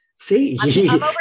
See